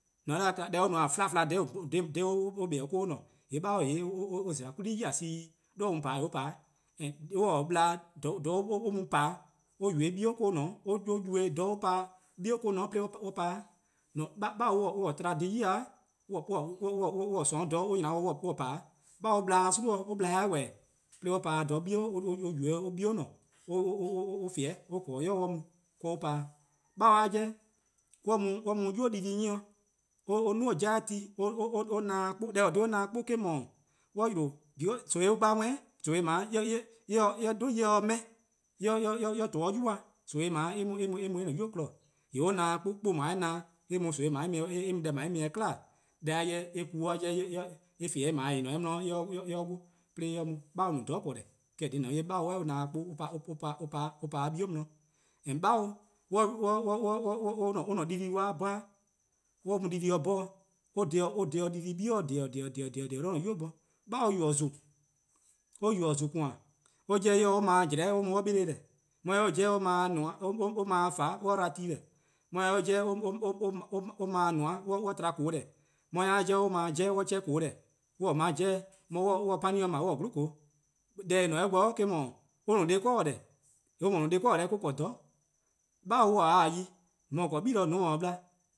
:Mor :on 'da deh or no-a fla fla :yee' :dha or kpa 'do or :ne, :yee' 'babor :yee' or zela: 'kwla+ 'tior see, :dha or mu-a :pa-dih :yee' or pa. And mor or :taa ple :dha or mu-a :pa-dih or yubo-eh 'bie' :ne 'o, :dha or pa-dih or yubo-eh 'bie' :ne 'o eh-: :korn dhih or pa-dih 'o 'babor-a tba dhih 'i-dih :dha or :sorn or :nyna-a' dih or pa-dih 'o. 'Babor-a ple :gwie' bo 'babor-a 'ple :wehbeh: 'de or pa-dih :dha or yubo-eh 'bie' :ne-a' or febeh' :korn eh 'ye-a ybei' mu dih 'do or pa-dih. 'Nabor-a 'jeh or mu 'yu dii-deh+ 'myi-' or 'duo- or 'jeh-a ti, or na-dih 'kpuh, deh :korn-a dhih or na-dih- 'kpuh eh-: 'dhu, :mor or 'yle nomi an gba-a worn 'i :mor eh 'dhu eh se 'meh :mor eh to 'o yuba' nimi :dao' eh me or-a'a: 'yu :kpon. :yee' or na-dih 'kpuh 'kpuh :dao' or na-dih-a eh mu deh :dao'-dih 'kla deh 'jeh :dao' eh :febeh' :eh :ne-a 'de eh 'di eh 'ye 'de 'wluh 'de eh 'ye mu. 'Babor no :dhororn' :korn-deh:, eh-: :korn dhih :mor :on 'je 'babor or na-dih 'kpuh or pa 'de 'bie' 'di. And 'babor or 'dii-deh+-a dih 'bhorn-eh, :mor or mu dii-dih+ dih 'bhorn-' or dhe-dih dii-deh+ 'bie' 'di-dih :dhe, :dhe. 'Babor yubo zon, or yubo zon :koan:, eh 'jeh eh :se or 'ble :jlehn or mu or 'beleh deh+ :deh, eh mor eh :se or 'jeh or 'ble :dhoeh' or dba tu+ :seh, eh :se mor or 'jeh or or 'ble noa' or tba globa: :deh, 'de mor eh :se or-a' 'jeh or 'ble :faa or 'chehn :koo: deh, or-a 'ble 'jehn, or mor or se pani 'ble or-a' 'glo :kolo:, deh :eh :ne-a 'de or bor eh-: dhu, or no deh kor-dih :deh, or :mor or no-a deh 'kor-dih-deh or-a: :korn :dhororn'. 'Babor :mor or ta 'de yi :mor :or :korn-a gle :mor :on taa-or dih no,,